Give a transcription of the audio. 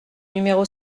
numéro